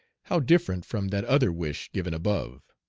how different from that other wish given above!